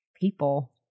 People